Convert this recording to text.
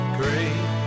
great